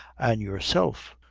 an' yourself,